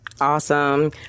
Awesome